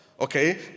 okay